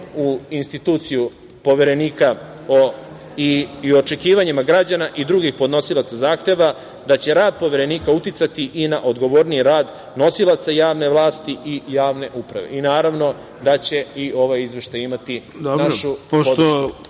u instituciju Poverenika i očekivanjima građana i drugih podnosilaca zahteva da će rad Poverenika uticati i na odgovorniji rad nosilaca javne vlasti i javne uprave. Naravno, da će i ovaj izveštaj imati našu podršku. Isteklo